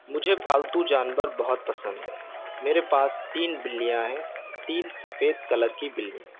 مجھے پالتو جانور بہت پسند ہے میرے پاس تین بلیاں ہیں تین سفید کلر کی بلیاں